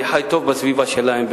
אני חי טוב בסביבה שלהם,